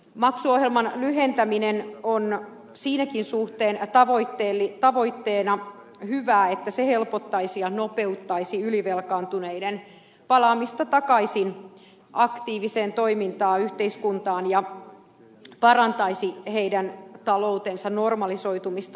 maksuohjelman lyhentäminen on siinäkin suhteessa tavoitteena hyvä että se helpottaisi ja nopeuttaisi ylivelkaantuneiden palaamista takaisin aktiiviseen toimintaan yhteiskuntaan ja parantaisi heidän taloutensa normalisoitumista nopeammin